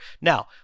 Now